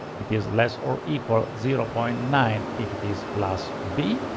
it is less or equal zero point nine, it it is class b.